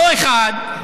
לא אחד,